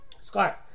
scarf